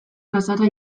plazara